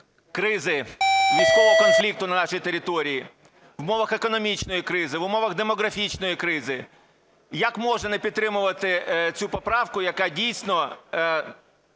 кризи, військового конфлікту на нашій території, в умовах економічної кризи, в умовах демографічної кризи як можна не підтримувати цю поправку, яка дійсно